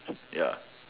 ya